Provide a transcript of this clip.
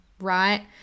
right